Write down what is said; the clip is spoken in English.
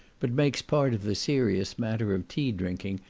but makes part of the serious matter of tea-drinking,